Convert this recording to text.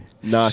Nah